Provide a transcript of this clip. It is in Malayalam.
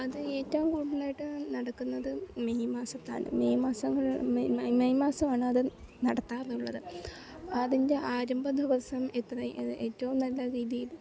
അത് ഏറ്റവും കൂടുതലായിട്ട് നടക്കുന്നത് മെയ് മാസം കാലം മെയ് മെയ് മാസമാണ് അത് നടത്താറുള്ളത് അതിൻ്റെ ആരംഭ ദിവസം എത്ര ഏറ്റവും നല്ല രീതിയിൽ